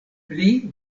pli